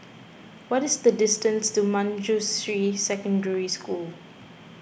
what is the distance to Manjusri Secondary School